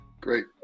Great